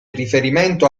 riferimento